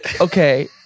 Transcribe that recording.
Okay